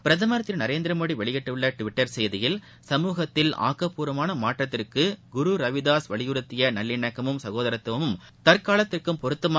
பிரதமர் திரு நரேந்திர மோடி வெளியிட்டுள்ள டுவிட்டர் செய்தியில் சமூகத்தில் ஆக்கப்பூர்வமான மாற்றத்திற்கு குரு ரவிதாஸ் வலியுறுத்திய நல்லிணக்கமும் சகோதரத்துவமும் தற்காலத்திலும் பொருத்தமாக உள்ளன என்று குறிப்பிட்டுள்ளார்